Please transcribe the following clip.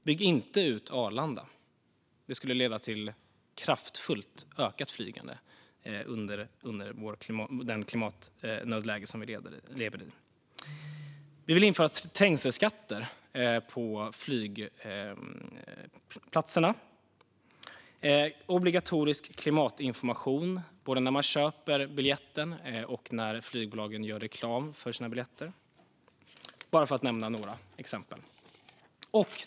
Bygg inte ut Arlanda! Det skulle leda till ett kraftfullt ökat flygande under det klimatnödläge vi lever i. Vi vill även införa trängselskatter på flygplatserna och obligatorisk klimatinformation både när biljetten köps och när flygbolagen gör reklam för biljetterna, bara för att nämna några exempel.